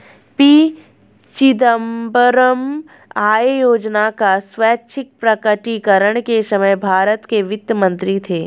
P Chidambaram आय योजना का स्वैच्छिक प्रकटीकरण के समय भारत के वित्त मंत्री थे